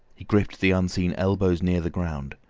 he gripped the unseen elbows near the ground.